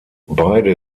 beide